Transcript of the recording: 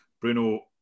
Bruno